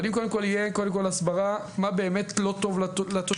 אבל קודם כל הסברה מה באמת לא טוב לתושב,